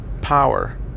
power